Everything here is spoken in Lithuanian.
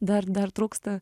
dar dar trūksta